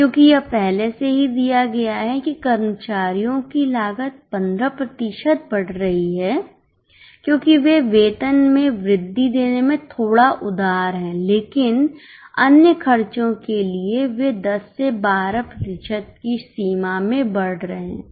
क्योंकि यह पहले से ही दिया गया है कि कर्मचारियों की लागत 15 प्रतिशत बढ़ रही है क्योंकि वे वेतन में वृद्धि देने में थोड़ा उदार हैं लेकिन अन्य खर्चों के लिए वे 10 से 12 प्रतिशत की सीमा में बढ़ रहे हैं